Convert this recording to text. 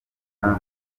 hamwe